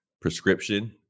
prescription